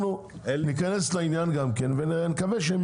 אנחנו ניכנס לעניין ונקווה.